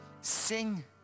Sing